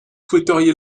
souhaiteriez